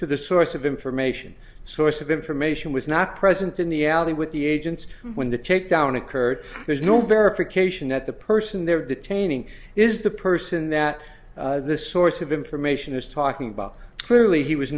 to the source of information source of information was not present in the alley with the agents when the takedown occurred there's no verification that the person they're detaining is the person that this source of information is talking about clearly he was